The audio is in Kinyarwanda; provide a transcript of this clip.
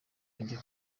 ugiye